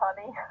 honey